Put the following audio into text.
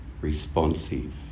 responsive